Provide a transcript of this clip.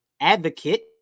advocate